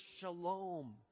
shalom